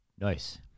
Nice